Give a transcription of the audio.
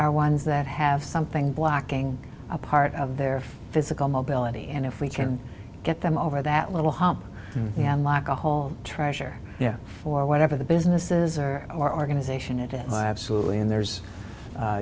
are ones that have something blocking a part of their physical mobility and if we can get them over that little hump and lack a whole treasure yeah for whatever the business is or our organization it are absolutely and there's